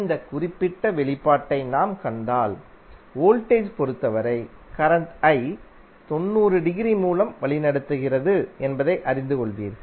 இந்த குறிப்பிட்ட வெளிப்பாட்டை நாம் கண்டால் வோல்டேஜ் பொறுத்தவரை கரண்ட் I 90 டிகிரி மூலம் வழிநடத்துகிறது என்பதை அறிந்து கொள்வீர்கள்